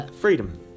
freedom